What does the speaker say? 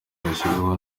yashingiyeho